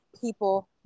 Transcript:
people